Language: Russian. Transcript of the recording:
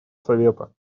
совета